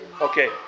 Okay